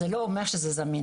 זה לא אומר שהוא זמין.